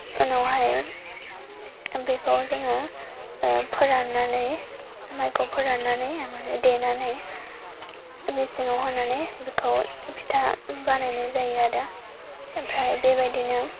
उनावहाय बेखौ जोङो फोरान्नानै माइखौ फोरान्नानै देनानै मेसिनाव होनानै बेखौ फिथा बानायनाय जायो आरो ओमफ्राय बेबायदिनो